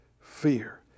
Fear